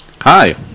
Hi